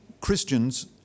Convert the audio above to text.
Christians